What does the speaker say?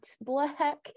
black